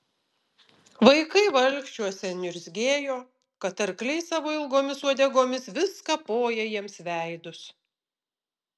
vaikai valkčiuose niurzgėjo kad arkliai savo ilgomis uodegomis vis kapoja jiems veidus